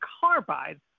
Carbide